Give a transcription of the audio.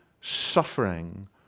suffering